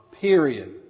Period